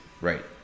Right